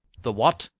the what?